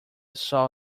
saw